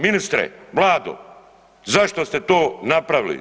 Ministre, vlado, zašto ste to napravili?